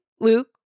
luke